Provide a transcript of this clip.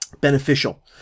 beneficial